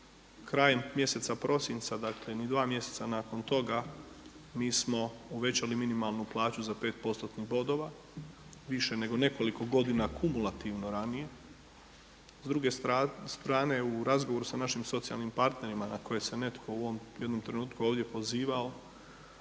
krajem mjeseca prosinca dakle ni dva mjeseca nakon toga mi smo povećali minimalnu plaću za 5%-tnih bodova više nego nekoliko godina kumulativno ranije. S druge strane u razgovoru sa našim socijalnim partnerima na kojem se netko u ovom jednom trenutku ovdje pozivao